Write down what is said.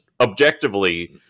objectively